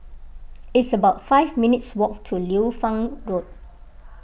it's about five minutes' walk to Liu Fang Road